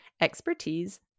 expertise